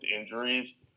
injuries